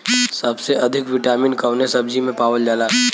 सबसे अधिक विटामिन कवने सब्जी में पावल जाला?